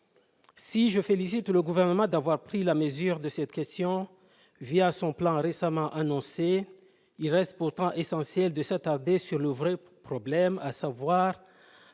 Si je félicite le Gouvernement d'avoir pris la mesure de cette question, son plan récemment annoncé, il reste pourtant essentiel de s'attarder sur le vrai problème, à savoir